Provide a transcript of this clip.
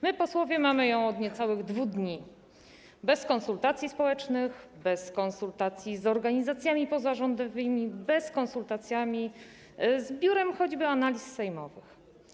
My, posłowie mamy ją od niecałych 2 dni - bez konsultacji społecznych, bez konsultacji z organizacjami pozarządowymi, bez konsultacji chociażby z Biurem Analiz Sejmowych.